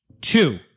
Two